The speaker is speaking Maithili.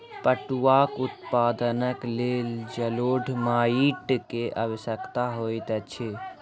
पटुआक उत्पादनक लेल जलोढ़ माइट के आवश्यकता होइत अछि